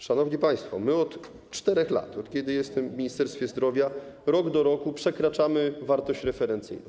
Szanowni państwo, my od 4 lat, od kiedy jestem w Ministerstwie Zdrowia, rok do roku przekraczamy wartość referencyjną.